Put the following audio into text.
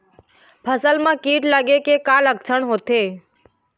फसल म कीट लगे के का लक्षण होथे?